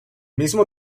mismo